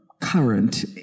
current